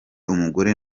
umugore